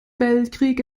weltkrieg